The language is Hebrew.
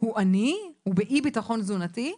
הוא עני, הוא באי-ביטחון תזונתי,